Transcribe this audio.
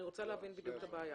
אני רוצה להבין בדיוק את הבעיה,